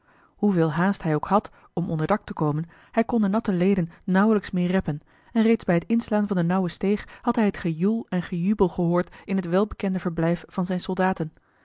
hoeveel haast hij ook had om onder dak te komen hij kon de matte leden nauwelijks meer reppen en reeds bij t inslaan van de nauwe steeg had hij het gejoel en gejubel gehoord in het welbekende verblijf van zijne soldaten